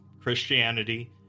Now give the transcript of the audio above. Christianity